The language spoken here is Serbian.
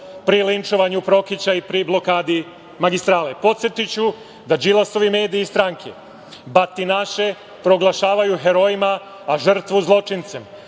pri linčovanju Prokića i pri blokadi magistrale? Podsetiću da Đilasovi mediji iz stranke, batinaše proglašavaju herojima, a žrtvu zločincem?